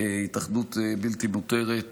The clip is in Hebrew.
התאחדות בלתי מותרת,